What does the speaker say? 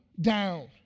down